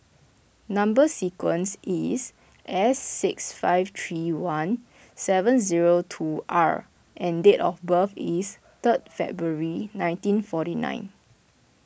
Number Sequence is S six five three one seven zero two R and date of birth is third February nineteen forty nine